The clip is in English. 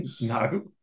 no